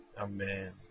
Amen